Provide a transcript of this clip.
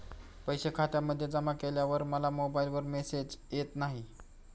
पैसे खात्यामध्ये जमा केल्यावर मला मोबाइलवर मेसेज येत नाही?